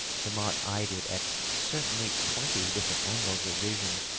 demotte eyed it at certainly twenty different angles of vision,